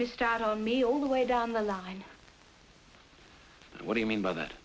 missed out on me all the way down the line what do you mean by that